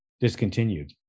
discontinued